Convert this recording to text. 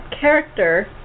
character